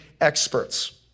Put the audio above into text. experts